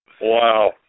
Wow